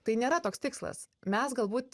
tai nėra toks tikslas mes galbūt